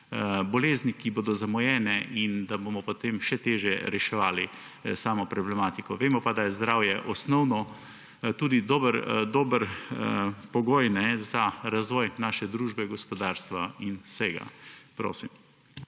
bolezni, ki bodo zamujene, in bomo potem še težje reševali samo problematiko. Vemo pa, da je zdravje osnovno, tudi dober pogoj za razvoj naše družbe, gospodarstva in vsega. Prosim.